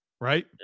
right